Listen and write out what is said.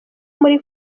muri